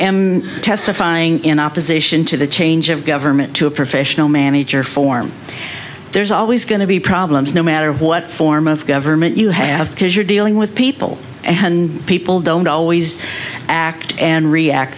am testifying in opposition to the change of government to a professional manager form there's always going to be problems no matter what form of government you have because you're dealing with people and when people don't always act and react